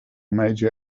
major